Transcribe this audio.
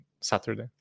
Saturday